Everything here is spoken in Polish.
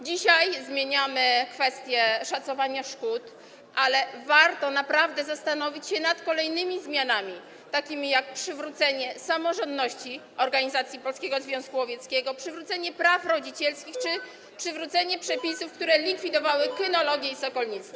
Dzisiaj zmieniamy kwestię szacowania szkód, ale warto naprawdę zastanowić się nad kolejnymi zmianami, takimi jak przywrócenie samorządności organizacji Polskiego Związku Łowieckiego, przywrócenie praw rodzicielskich czy przywrócenie przepisów, które likwidowały kynologię i sokolnictwo.